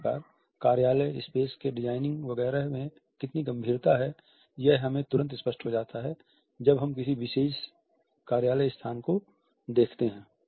इसी प्रकार कार्यालय स्पेस के डिज़ाइनिंग वगैरह में कितनी गंभीरता है यह हमें तुरंत स्पष्ट हो जाता हैं जब हम किसी विशेष कार्यालय स्थान को देखते हैं